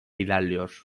ilerliyor